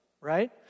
right